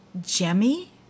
Jemmy